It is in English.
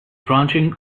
branching